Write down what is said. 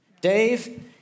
Dave